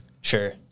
sure